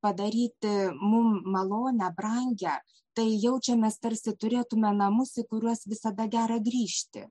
padaryti mum malonią brangią tai jaučiamės tarsi turėtume namus į kuriuos visada gera grįžti